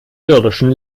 irdischen